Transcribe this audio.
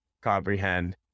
comprehend